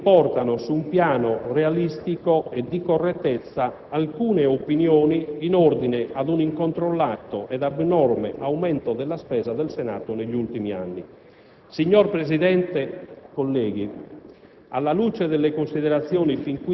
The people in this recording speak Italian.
succitati dati riportano su un piano realistico e di correttezza alcune opinioni che sono state espresse in ordine a un incontrollato e abnorme aumento della spesa del Senato negli ultimi anni. Signor Presidente, colleghi,